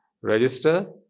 register